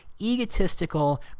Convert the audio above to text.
egotistical